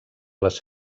les